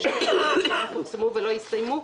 יש כאלה שפורסמו ולא הסתיימו.